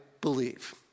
believe